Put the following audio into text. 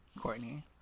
Courtney